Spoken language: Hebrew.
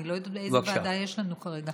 אני לא יודעת איזו ועדה יש לנו כרגע.